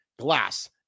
Glass